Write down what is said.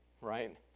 right